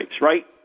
right